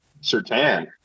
Sertan